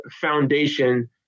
foundation